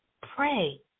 Pray